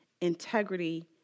integrity